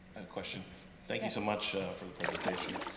a question thank you so much for the presentation